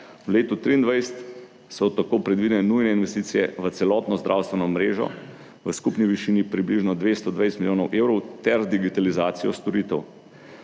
V letu 2023 so tako predvidene nujne investicije v celotno zdravstveno mrežo v skupni višini približno 220 milijonov evrov ter digitalizacijo storitev.